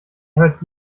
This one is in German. hört